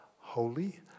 Holy